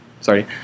sorry